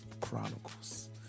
Chronicles